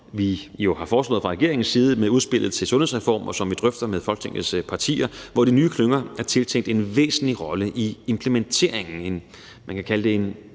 vi har foreslået fra regeringens side med udspillet til en sundhedsreform, og som vi drøfter med Folketingets partier, hvor de nye klynger er tiltænkt en væsentlig rolle i implementeringen. Man kan kalde det en